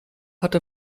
hatte